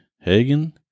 Hagen